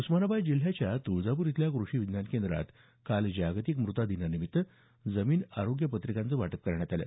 उस्मानाबाद जिल्ह्याच्या तुळजापूर इथल्या कृषी विज्ञान केंद्रात काल जागतिक मृदा दिनानिमित्त जमीन आरोग्य पत्रिकांचं वाटप करण्यात आलं